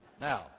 Now